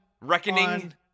Reckoning